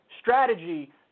strategy